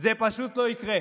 זה פשוט לא יקרה.